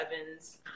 Evans